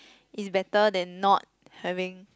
is better than not having